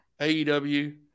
AEW